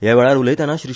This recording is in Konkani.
हया वेळार उलयताना श्री